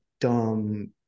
dumb